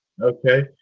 Okay